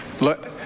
look